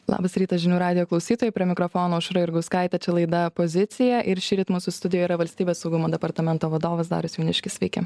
labas rytas žinių radijo klausytojai prie mikrofono aušra jurgauskaitė laida pozicija ir šįryt mūsų studijoj yra valstybės saugumo departamento vadovas darius jauniškis sveiki